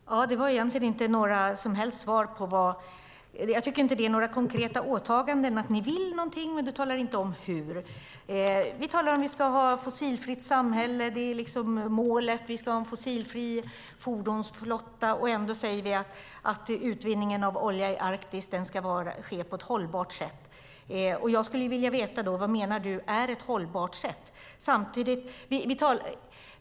Fru talman! Det var egentligen inte några som helst svar på det som jag frågade om. Jag tycker inte att det innebär att ni vill göra några konkreta åtaganden, och du talar inte om hur det ska ske. Det talas om att vi ska ha ett fossilfritt samhälle - det är målet - och att vi ska ha en fossilfri fordonsflotta. Ändå ska utvinningen av olja ske på ett hållbart sätt. Jag skulle vilja veta vad du anser är ett hållbart sätt.